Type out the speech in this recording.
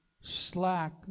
slack